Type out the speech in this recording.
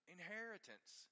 Inheritance